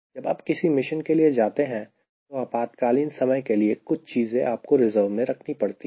जब आप किसी मिशन के लिए जाते हैं तो आपातकालीन समय के लिए कुछ चीजें आपको रिजर्व में रखनी पड़ती है